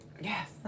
Yes